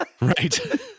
Right